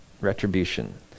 Retribution